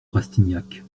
rastignac